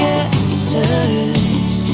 answers